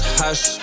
hush